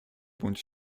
bądź